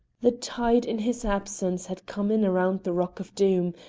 the tide in his absence had come in around the rock of doom,